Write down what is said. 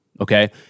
Okay